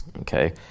Okay